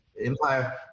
Empire